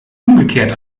umgekehrt